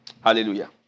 Hallelujah